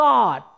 God